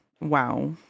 wow